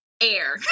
Air